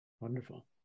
Wonderful